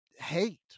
hate